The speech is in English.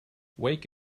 wake